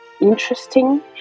Interesting